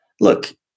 look